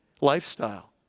lifestyle